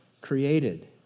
created